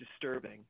disturbing